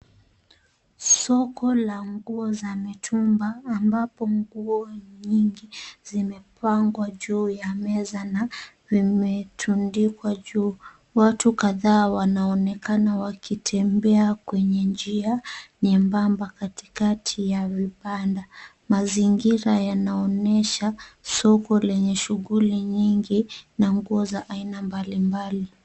Soko la nguo za mitumba ambapo nguo nyingi zimepangwa juu ya meza na vimetundikwa juu. Watu kadhaa wanaonekana wakitembea kwenye njia nyembamba katikati ya vibanda. Mazingira yanaonyesha soko lenye shughuli nyingi na nguo za aina mbalimbali.